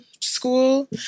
School